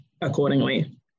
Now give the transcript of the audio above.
accordingly